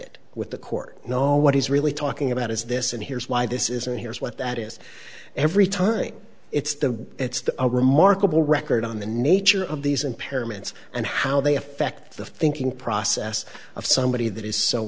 it with the court know what he's really talking about is this and here's why this is and here's what that is every time it's the it's a remarkable record on the nature of these impairments and how they affect the thinking process of somebody that is so